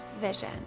vision